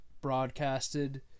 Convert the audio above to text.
broadcasted